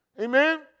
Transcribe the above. Amen